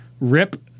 rip